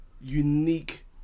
unique